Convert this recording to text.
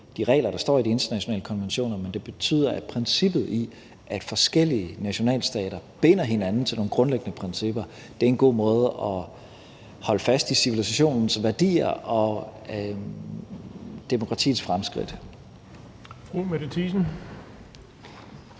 de regler, der står i de internationale konventioner, men det betyder, at princippet i, at forskellige nationalstater binder hinanden til nogle grundlæggende principper, er en god måde at holde fast i civilisationens værdier og demokratiets fremskridt